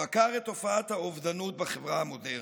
חקר את תופעת האובדנות בחברה המודרנית.